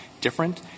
different